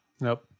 Nope